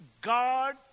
God